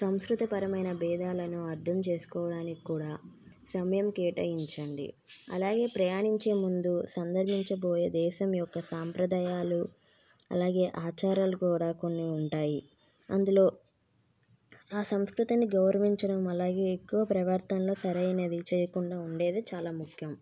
సంస్కృతపరమైన భేదాలను అర్థం చేసుకోవడానికి కూడా సమయం కేటాయించండి అలాగే ప్రయాణించే ముందు సందర్శించబోయే దేశం యొక్క సాంప్రదాయాలు అలాగే ఆచారాలు కూడా కొన్ని ఉంటాయి అందులో ఆ సంస్కృతిని గౌరవించడం అలాగే ఎక్కువ ప్రవర్తనలో సరైనది చేయకుండా ఉండేది చాలా ముఖ్యం